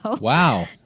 Wow